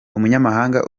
umunyamahanga